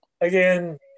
again